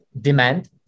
demand